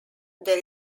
there